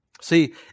See